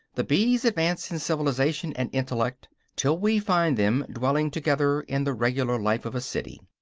the bees advance in civilization and intellect till we find them dwelling together in the regular life of a city.